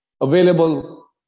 available